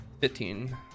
Fifteen